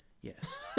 Yes